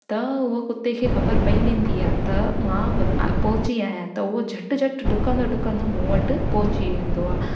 त उहो कुते खे ख़बरु पइजी वेंदी आहे त मां पहुची आहियां त उहो झटि झटि डुकंदो डुकंदो मूं वटि पहुची वेंदो आहे